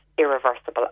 irreversible